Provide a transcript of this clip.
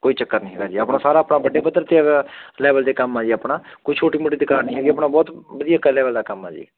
ਕੋਈ ਚੱਕਰ ਨਹੀਂ ਹੈਗਾ ਜੀ ਆਪਣਾ ਸਾਰਾ ਆਪਣਾ ਵੱਡੇ ਪੱਧਰ 'ਤੇ ਲੈਵਲ 'ਤੇ ਕੰਮ ਆ ਜੀ ਆਪਣਾ ਕੋਈ ਛੋਟੀ ਮੋਟੀ ਦੁਕਾਨ ਨਹੀਂ ਹੈਗੀ ਆਪਣਾ ਬਹੁਤ ਵਧੀਆ ਕਰਨੇ ਵਾਲਾ ਕੰਮ ਆ ਜੀ